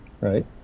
right